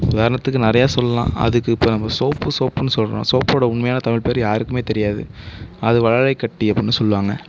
உதாரணத்துக்கு நிறைய சொல்லலாம் அதுக்கு இப்போ நம்ம சோப்பு சோப்புனு சொல்கிறோம் சோப்போடய உண்மையான தமிழ் பேர் யாருக்குமே தெரியாது அது வழலைக்கட்டி அப்படினு சொல்லுவாங்க